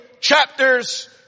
chapters